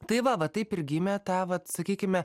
tai va va taip ir gimė ta vat sakykime